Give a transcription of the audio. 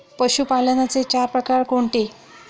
पशुपालनाचे चार प्रकार कोणते?